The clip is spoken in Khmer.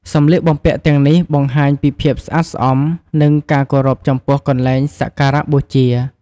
សម្លៀកបំពាក់ទាំងនេះបង្ហាញពីភាពស្អាតស្អំ និងការគោរពចំពោះកន្លែងសក្ការៈបូជា។